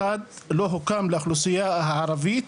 לא הוקם לאוכלוסייה הערבית.